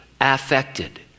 affected